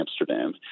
Amsterdam